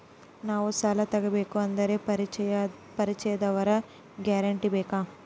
ನಾವು ಸಾಲ ತೋಗಬೇಕು ಅಂದರೆ ಪರಿಚಯದವರ ಗ್ಯಾರಂಟಿ ಬೇಕಾ?